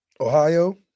Ohio